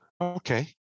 Okay